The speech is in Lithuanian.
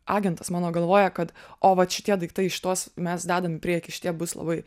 agentas mano galvoja kad o vat šitie daiktai šituos mes dedam į priekį šitie bus labai